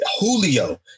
Julio